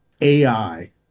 AI